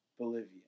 Bolivia